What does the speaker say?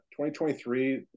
2023